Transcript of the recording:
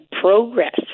progress